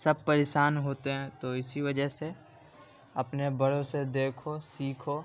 سب پریشان ہوتے ہیں تو اسی وجہ سے اپنے بڑوں سے دیکھو سیکھو